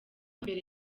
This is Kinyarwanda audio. mbere